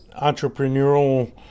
entrepreneurial